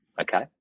okay